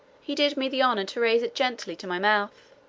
he did me the honour to raise it gently to my mouth.